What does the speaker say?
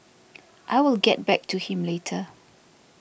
I will get back to him later